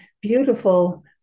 beautiful